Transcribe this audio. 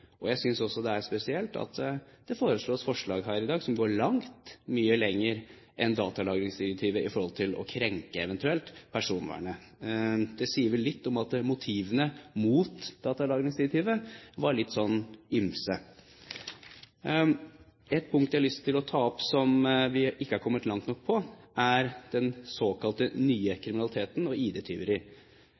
Jeg synes også det er spesielt at det foreligger forslag her i dag som går langt lenger enn datalagringsdirektivet når det gjelder eventuelt å krenke personvernet. Det sier vel litt om at motivene for å stemme mot datalagringsdirektivet var litt ymse. Et punkt jeg har lyst til å ta opp som vi ikke har kommet langt nok på, er den såkalte nye kriminaliteten og